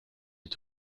est